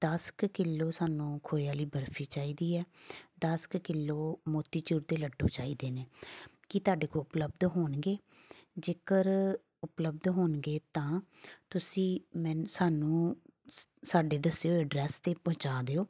ਦਸ ਕੁ ਕਿਲੋ ਸਾਨੂੰ ਖੋਏ ਵਾਲੀ ਬਰਫੀ ਚਾਹੀਦੀ ਹੈ ਦਸ ਕੁ ਕਿਲੋ ਮੋਤੀਚੂਰ ਦੇ ਲੱਡੂ ਚਾਹੀਦੇ ਨੇ ਕੀ ਤੁਹਾਡੇ ਕੋਲ ਉਪਲਬਧ ਹੋਣਗੇ ਜੇਕਰ ਉਪਲਬਧ ਹੋਣਗੇ ਤਾਂ ਤੁਸੀਂ ਮੈ ਸਾਨੂੰ ਸ ਸਾਡੇ ਦੱਸੇ ਹੋਏ ਅਡਰੈੱਸ 'ਤੇ ਪਹੁੰਚਾ ਦਿਓ